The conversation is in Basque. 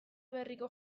berriko